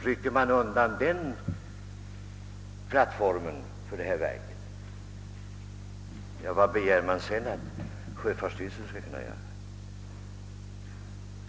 Rycker man undan den plattformen för verket, vad begär man då att sjöfartsstyrelsen skall kunna göra?